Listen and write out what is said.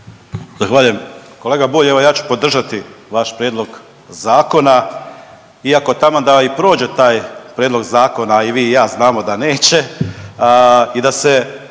Zahvaljujem. Kolega Bulj, evo ja ću podržati vaš prijedlog zakona iako taman da i prođe taj prijedlog zakona i vi i ja znamo da neće